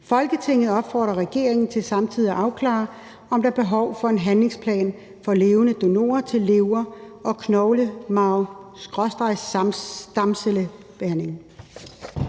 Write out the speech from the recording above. Folketinget opfordrer regeringen til samtidig at afklare, om der er behov for en handlingsplan for levende donorer af lever og knoglemarv/stamceller.«